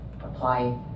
apply